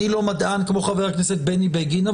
אני לא מדען כמו חבר הכנסת בני בגין.